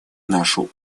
нашу